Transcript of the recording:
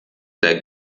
der